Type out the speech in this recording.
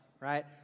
right